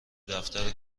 دفتر